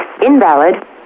invalid